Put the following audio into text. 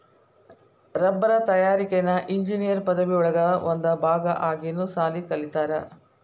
ರಬ್ಬರ ತಯಾರಿಕೆನ ಇಂಜಿನಿಯರ್ ಪದವಿ ಒಳಗ ಒಂದ ಭಾಗಾ ಆಗಿನು ಸಾಲಿ ಕಲಿತಾರ